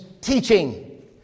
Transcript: teaching